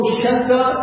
shelter